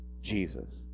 Jesus